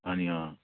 ਹਾਂਜੀ ਹਾਂ